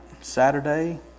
Saturday